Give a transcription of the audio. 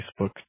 Facebook